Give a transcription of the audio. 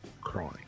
crying